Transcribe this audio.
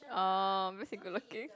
oh because he good looking